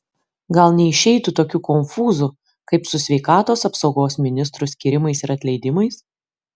gal neišeitų tokių konfūzų kaip su sveikatos apsaugos ministrų skyrimais ir atleidimais